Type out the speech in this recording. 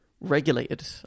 regulated